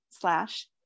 slash